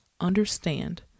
Understand